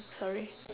sorry